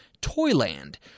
Toyland